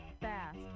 fast